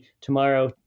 tomorrow